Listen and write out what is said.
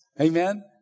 Amen